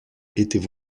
étaient